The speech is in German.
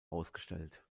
ausgestellt